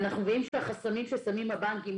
ואנחנו מבינים שהחסמים ששמים הבנקים,